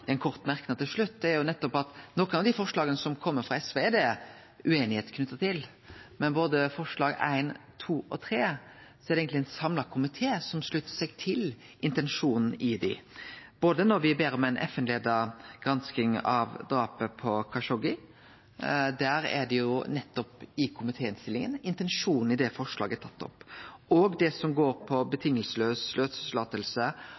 ein kort merknad til til slutt, gjeld nettopp at nokre av dei forslaga som kjem frå SV, er det ueinigheit knytt til, men når det gjeld forslaga nr. 1, 2 og 3, sluttar eigentleg ein samla komité seg til intensjonen i dei. Når ein ber om ei FN-leidd gransking av drapet på Khashoggi, er nettopp intensjonen i forslaget om det tatt opp i komitéinnstillinga. Det som går på